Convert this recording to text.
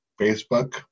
facebook